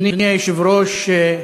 אדוני היושב-ראש,